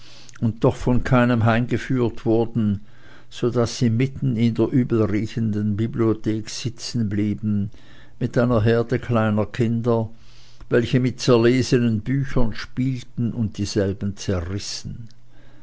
und doch von keinem heimgeführt wurden so daß sie mitten in der übelriechenden bibliothek sitzenblieben mit einer herde kleiner kinder welche mit den zerlesenen büchern spielten und dieselben zerrissen